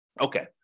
Okay